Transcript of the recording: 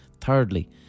Thirdly